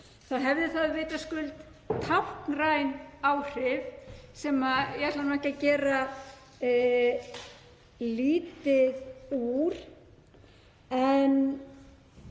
þá hefði það vitaskuld táknræn áhrif, sem ég ætla ekki að gera lítið úr, en